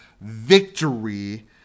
victory